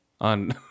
on